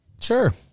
Sure